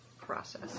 process